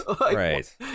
right